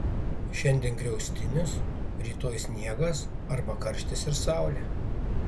šiandien griaustinis rytoj sniegas arba karštis ir saulė